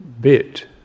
bit